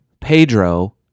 Pedro